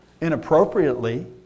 inappropriately